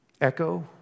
Echo